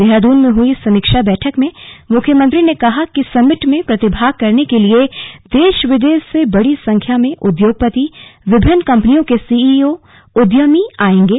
देहरादून में हुई समीक्षा बैठक में मुख्यमंत्री ने कहा कि समिट में प्रतिभाग करने के लिए देश विदेश से बड़ी संख्या में उद्योगपति विभिन्न कम्पनियों के सीईओ उद्यमी आएंगे